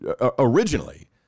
originally